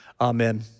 amen